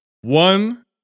One